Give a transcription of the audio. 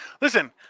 listen